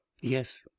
Yes